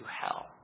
hell